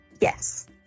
yes